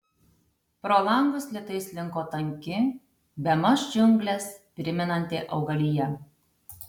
pro langus lėtai slinko tanki bemaž džiungles primenanti augalija